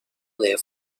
layer